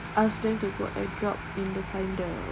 ask them to put AirDrop in the finder